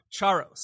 Charos